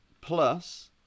plus